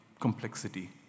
complexity